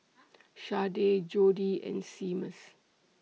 Sharday Jodi and Seamus